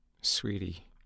Sweetie